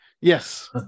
Yes